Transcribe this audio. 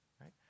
right